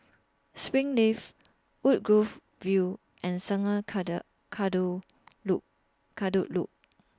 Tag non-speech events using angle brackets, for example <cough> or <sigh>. Springleaf Woodgrove View and Sungei <unintelligible> Kadut Loop Kadut Loop